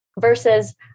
versus